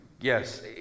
Yes